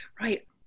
Right